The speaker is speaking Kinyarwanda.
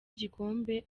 igikombe